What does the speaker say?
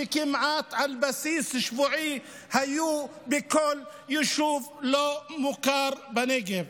שכמעט על בסיס שבועי היו בכל יישוב לא מוכר בנגב.